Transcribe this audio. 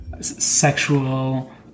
sexual